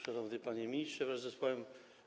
Szanowny Panie Ministrze wraz z zespołem!